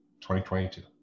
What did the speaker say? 2022